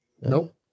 Nope